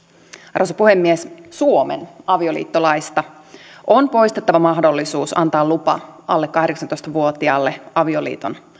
arvoisa puhemies suomen avioliittolaista on poistettava mahdollisuus antaa lupa alle kahdeksantoista vuotiaalle avioliiton